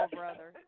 brother